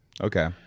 Okay